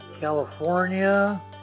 California